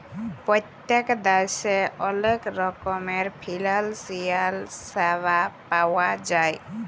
পত্তেক দ্যাশে অলেক রকমের ফিলালসিয়াল স্যাবা পাউয়া যায়